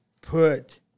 put